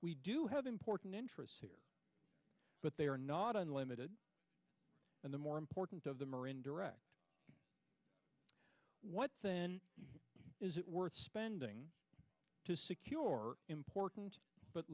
we do have important interests here but they are not unlimited and the more important of them are indirect what is it worth spending to secure or important but